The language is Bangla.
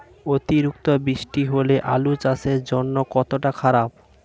অতিরিক্ত বৃষ্টি হলে আলু চাষের জন্য কতটা খারাপ?